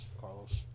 Carlos